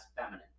feminine